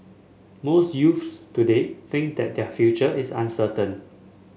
most youths today think that their future is uncertain